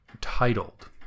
titled